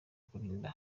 kurinda